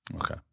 okay